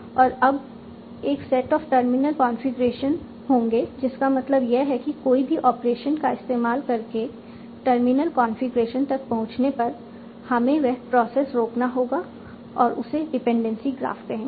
और अब एक सेट ऑफ टर्मिनल कॉन्फ़िगरेशन होंगे जिसका मतलब यह है कि कोई भी ऑपरेशन का इस्तेमाल करके टर्मिनल कॉन्फ़िगरेशन तक पहुंचने पर हमें वह प्रोसेस रोकना होगा और उसे डिपेंडेंसी ग्राफ कहेंगे